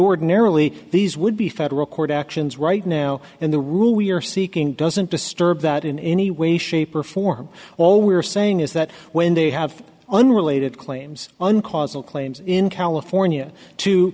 ordinarily these would be federal court actions right now and the rule we are seeking doesn't disturb that in any way shape or form all we're saying is that when they have unrelated claims on causal claims in california to